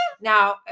Now